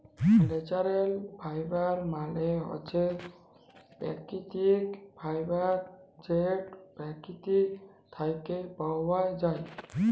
ল্যাচারেল ফাইবার মালে হছে পাকিতিক ফাইবার যেট পকিতি থ্যাইকে পাউয়া যায়